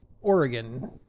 Oregon